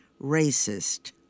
racist